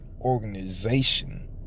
organization